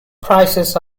prices